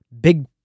big